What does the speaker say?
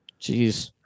Jeez